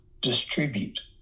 distribute